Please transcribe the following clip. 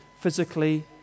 physically